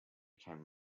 came